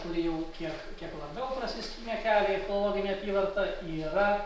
kuri jau kiek kiek labiau prasiskynė kelią į filologinę apyvartą yra